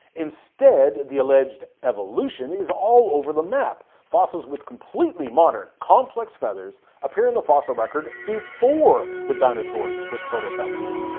instead, the alleged evolution is all over the map. fossils with completely modern, complex feathers appear in the fossil record before the dinosaurs with protofeathers.